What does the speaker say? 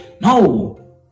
No